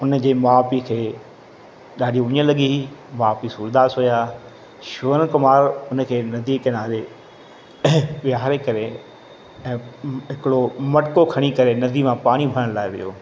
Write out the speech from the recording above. उन जे माउ पीउ खे ॾाढी उञ लॻी माउ पीउ सूरदास हुया श्रवण कुमार उन खे नदी किनारे विहारे करे ऐं हिकिड़ो मटको खणी करे नदी मां पाणी भरण लाइ वियो